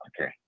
okay